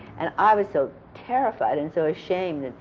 and i was so terrified and so ashamed,